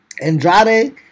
Andrade